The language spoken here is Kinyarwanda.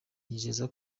yizeza